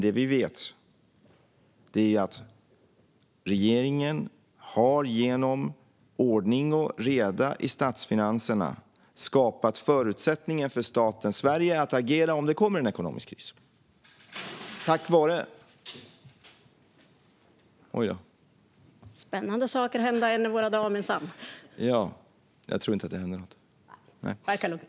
Det vi vet är att regeringen genom ordning och reda i statsfinanserna har skapat förutsättningar för staten Sverige att agera om det kommer en ekonomisk kris.